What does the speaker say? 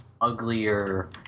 uglier